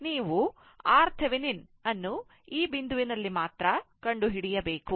ನೀವು RThevenin ಅನ್ನು ಈ ಬಿಂದುವಿನಲ್ಲಿ ಮಾತ್ರ ಕಂಡುಹಿಡಿಯಬೇಕು